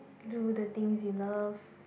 do the things you love